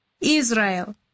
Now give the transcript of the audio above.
Israel